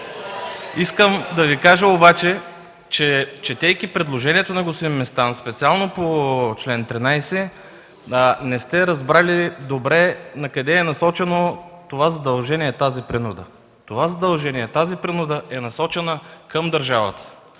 Искам да Ви кажа обаче, че четейки предложението на господин Местан – специално по чл. 13, не сте разбрали добре накъде е насочено това задължение, тази принуда. Те са насочени към държавата.